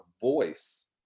voice